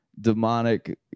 demonic